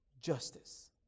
justice